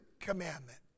commandment